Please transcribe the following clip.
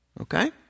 Okay